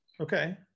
Okay